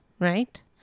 right